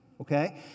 okay